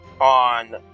on